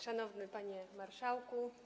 Szanowny Panie Marszałku!